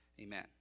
amen